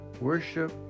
Worship